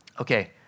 Okay